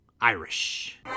Irish